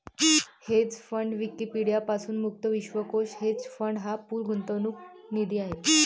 hedge fund Wikipedia पासून मुक्त विश्वकोश हेज फंड हा पूल गुंतवणूक निधी आहे